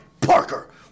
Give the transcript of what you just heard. Parker